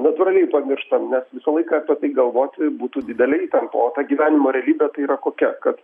natūraliai pamirštam nes visą laiką apie tai galvoti būtų didelė įtampa o ta gyvenimo realybė tai yra kokia kad